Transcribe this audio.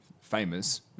famous